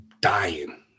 dying